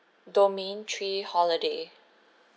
domain three holiday